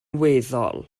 weddol